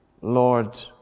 Lord